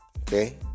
okay